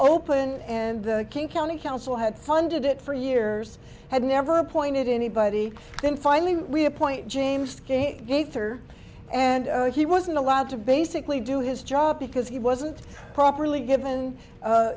open and the king county council had funded it for years had never appointed anybody then finally we appoint james gaither and he wasn't allowed to basically do his job because he wasn't properly given